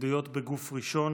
עדויות בגוף ראשון